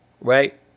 right